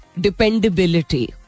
dependability